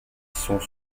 sont